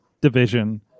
division